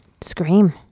Scream